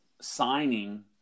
signing